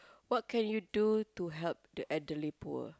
what can you do to help the elderly poor